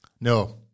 No